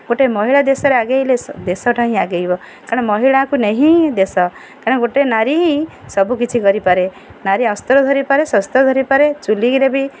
ଗୋଟେ ମହିଳା ଦେଶରେ ଆଗେଇଲେ ଦେଶଟା ହିଁ ଆଗେଇବ କାରଣ ମହିଳାଙ୍କୁ ନେଇ ହିଁ ଏ ଦେଶ କାରଣ ଗୋଟେ ନାରୀ ହିଁ ସବୁକିଛି କରିପାରେ ନାରୀ ଅସ୍ତ୍ର ଧରିପାରେ ଶସ୍ତ୍ର ଧରିପାରେ ଚୁଲିରେ ବି